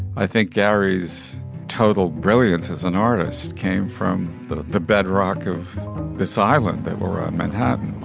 i think gary's total brilliance as an artist came from the the bedrock of this island that will run manhattan